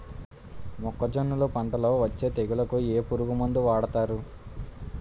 మొక్కజొన్నలు పంట లొ వచ్చే తెగులకి ఏ పురుగు మందు వాడతారు?